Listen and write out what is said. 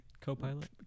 Co-pilot